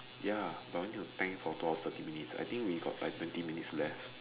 ya but we need to tank for two hours thirty minutes I think we got thirty minutes left